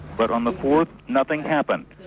but on the fourth, nothing happened.